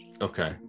okay